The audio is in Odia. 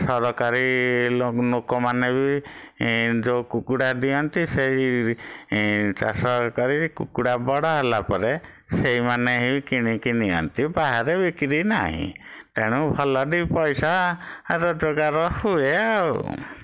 ସରକାରୀ ଲୋକମାନେ ବି ଯେଉଁ କୁକୁଡ଼ା ଦିଅନ୍ତି ସେଇ ଚାଷ କରି କୁକୁଡ଼ା ବଡ଼ ହେଲା ପରେ ସେଇମାନେ ହିଁ କିଣିକି ନିଅନ୍ତି ବାହରେ ବିକ୍ରି ନାହିଁ ତେଣୁ ଭଲ ଦୁଇ ପଇସା ରୋଜଗାର ହୁଏ ଆଉ